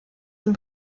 dem